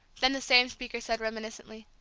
then the same speaker said reminiscently,